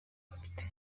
capt